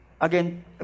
again